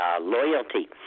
loyalty